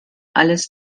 alles